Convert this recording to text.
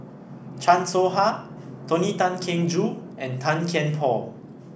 Chan Soh Ha Tony Tan Keng Joo and Tan Kian Por